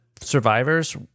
survivors